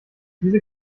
diese